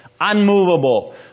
unmovable